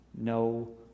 no